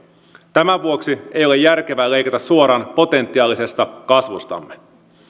tämän vuoksi ei ole järkevää leikata suoraan potentiaalisesta kasvustamme